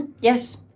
Yes